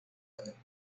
talentos